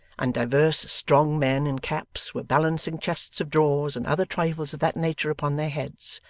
and divers strong men in caps were balancing chests of drawers and other trifles of that nature upon their heads,